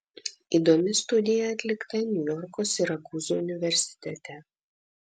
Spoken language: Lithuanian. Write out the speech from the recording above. įdomi studija atlikta niujorko sirakūzų universitete